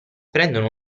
prendono